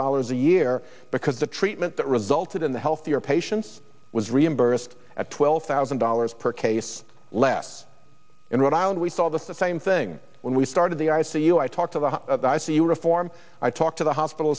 dollars a year because the treatment that resulted in the healthier patients was reimbursed at twelve thousand dollars per case less in rhode island we saw the same thing when we started the i c u i talked to the i c u reform i talked to the hospital